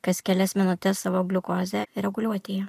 kas kelias minutes savo gliukozę reguliuoti ją